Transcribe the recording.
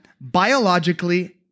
biologically